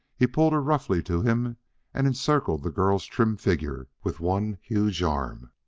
he pulled her roughly to him and encircled the girl's trim figure with one huge arm.